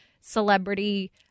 celebrity